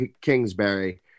Kingsbury